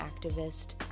activist